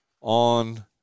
on